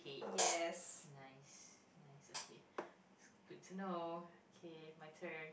yes